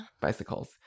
Bicycles